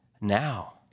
now